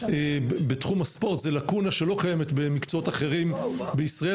בתחום הספורט זו לקונה שלא קיימת במקצועות אחרים בישראל,